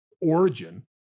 origin